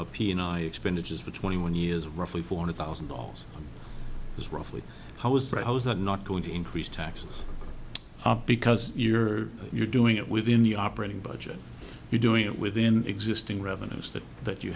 piano expenditures for twenty one years roughly four hundred thousand dollars is roughly how is that how is that not going to increase taxes because you're you're doing it within the operating budget you're doing it within existing revenues that that you